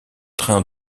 train